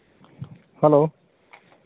hello